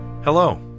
Hello